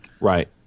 right